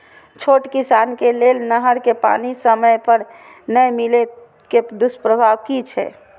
छोट किसान के लेल नहर के पानी समय पर नै मिले के दुष्प्रभाव कि छै?